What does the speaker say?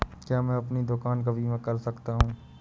क्या मैं अपनी दुकान का बीमा कर सकता हूँ?